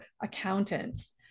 accountants